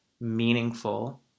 meaningful